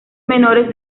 menores